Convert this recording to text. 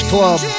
Club